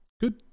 Good